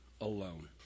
alone